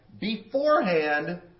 beforehand